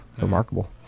remarkable